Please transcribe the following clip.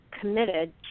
committed